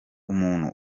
umuntu